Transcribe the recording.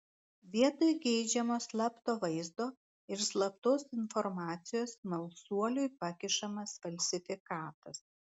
vietoj geidžiamo slapto vaizdo ir slaptos informacijos smalsuoliui pakišamas falsifikatas